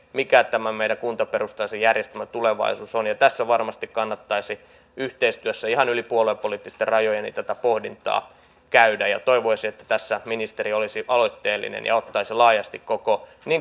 mikä tämä meidän kuntaperustaisen järjestelmämme tulevaisuus on tässä varmasti kannattaisi yhteistyössä ihan yli puoluepoliittisten rajojen tätä pohdintaa käydä toivoisin että nyt ministeri olisi aloitteellinen ja ottaisi laajasti niin koko